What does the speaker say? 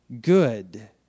good